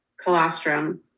colostrum